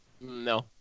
No